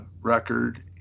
record